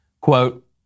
quote